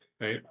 Right